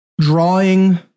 drawing